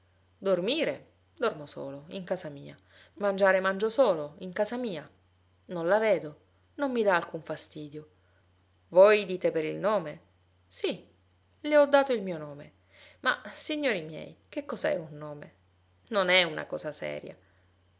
dormire dormo solo in casa mia mangiare mangio solo in casa mia non la vedo non mi dà alcun fastidio voi dite per il nome sì le ho dato il mio nome ma signori miei che cosa è un nome non è una cosa seria